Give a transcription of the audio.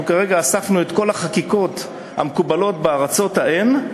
אנחנו כרגע אספנו את כל החקיקות המקובלות בארצות ההן,